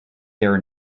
their